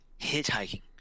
hitchhiking